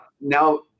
now